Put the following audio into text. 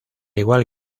igual